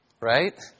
right